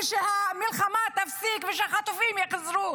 ושהמלחמה תיפסק ושהחטופים יחזרו,